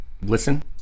Listen